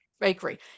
bakery